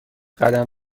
قدم